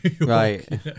right